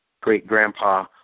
great-grandpa